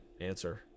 answer